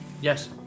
Yes